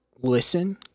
listen